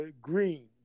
Green